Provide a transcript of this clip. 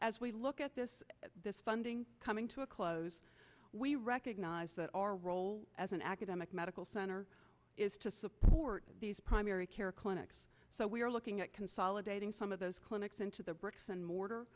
as we look at this this funding coming to a close we recognize that our role as an academic medical center is to support these primary care clinics so we are looking at consolidating some of those clinics into the bricks and mortar